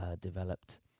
developed